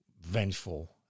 vengeful